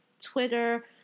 Twitter